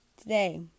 today